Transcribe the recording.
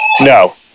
No